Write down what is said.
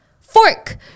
Fork